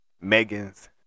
Megan's